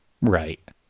Right